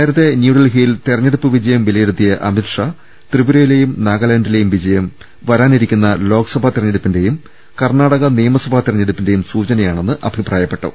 നേരത്തെ ന്യൂഡൽഹിയിൽ തെരഞ്ഞെടുപ്പ് വിജയം വിലയിരുത്തിയ അമിത്ഷാ ത്രിപുരയിലെയും നാഗാ ലാന്റിലെയും വിജയം വരാനിരിക്കുന്ന ലോക്സഭാ തെര ഞ്ഞെടുപ്പിന്റെയും കർണ്ണാടക നിയമസഭാ തെരഞ്ഞെ ടുപ്പിന്റെയും സൂചനയാണെന്ന് അഭിപ്രായ്പ്പെട്ടു